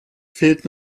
fehlt